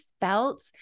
felt